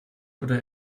oder